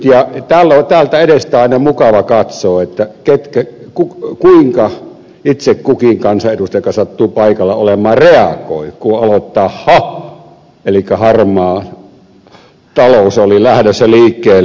ja täältä edestä on aina mukava katsoa kuinka itse kukin kansanedustaja joka sattuu paikalla olemaan reagoi kun aloittaa että ha elikkä harmaa talous on lähdössä liikkeelle